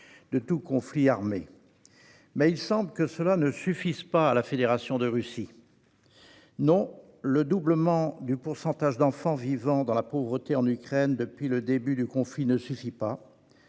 de tout conflit armé. Mais il semble que cela ne suffise pas à la Fédération de Russie. Non, le doublement du pourcentage d'enfants vivant dans la pauvreté en Ukraine depuis le début du conflit ne suffit pas